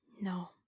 No